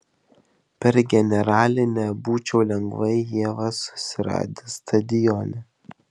per generalinę būčiau lengvai ievą susiradęs stadione